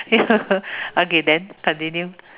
ya okay then continue